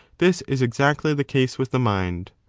this is exactly the case with the mind.